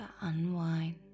unwind